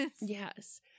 Yes